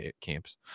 camps